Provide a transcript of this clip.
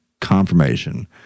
confirmation